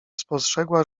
spostrzegła